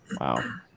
Wow